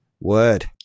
Word